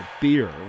beer